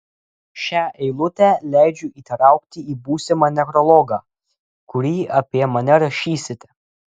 šią eilutę leidžiu įtraukti į būsimą nekrologą kurį apie mane rašysite